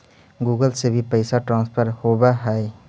Google से भी पैसा ट्रांसफर होवहै?